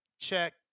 Check